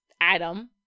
Adam